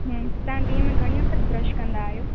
हूं तव्हां ॾींहुं में घणी वक़्तु ब्रश कंदा आहियो